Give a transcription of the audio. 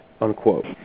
unquote